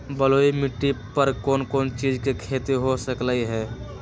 बलुई माटी पर कोन कोन चीज के खेती हो सकलई ह?